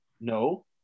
No